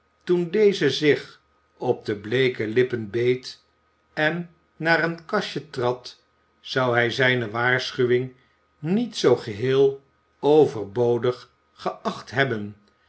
toen deze zich op de bleeke lippen beet en naar een kastje trad zou hij zijne waarschuwing niet zoo geheel overbodig geacht hebben